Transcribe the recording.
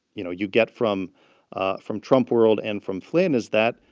you know, you get from ah from trump world and from flynn is that,